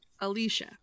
Alicia